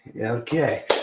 okay